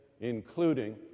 including